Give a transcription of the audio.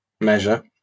measure